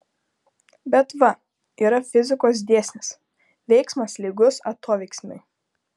bet va yra fizikos dėsnis veiksmas lygus atoveiksmiui